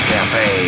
Cafe